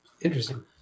interesting